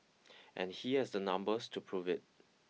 and he has the numbers to prove it